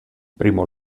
primo